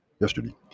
yesterday